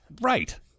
Right